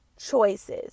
choices